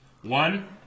One